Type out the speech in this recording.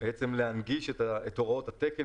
מבקר המדינה אומר: אותו נהג של 10 טון זה נהג משאית לכל דבר,